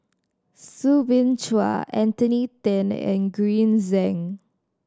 Soo Bin Chua Anthony Then and Green Zeng